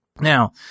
Now